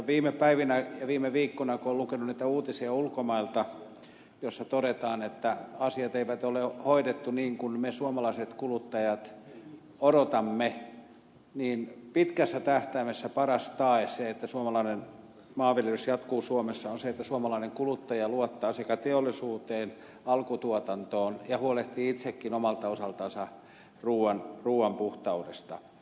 viime päivinä ja viime viikkoina kun on lukenut niitä uutisia ulkomailta joissa todetaan että asiat eivät ole hoidettu niin kuin me suomalaiset kuluttajat odotamme niin pitkässä tähtäimessä paras tae että suomalainen maanviljelys jatkuu suomessa on se että suomalainen kuluttaja luottaa teollisuuteen alkutuotantoon ja huolehtii itsekin omalta osaltansa ruuan puhtaudesta